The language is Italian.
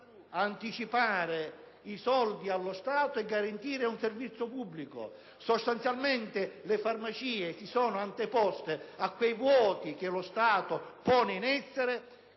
Anticipano i soldi allo Stato e garantiscono un servizio pubblico. Le farmacie si sono anteposte a quei vuoti che lo Stato pone in essere